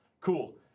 Cool